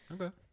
Okay